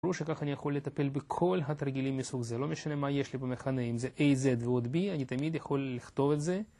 ברור שככה אני יכול לטפל בכל התרגילים מסוג זה, לא משנה מה יש לי במכנה, אם זה AZ ועוד B, אני תמיד יכול לכתוב את זה